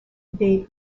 des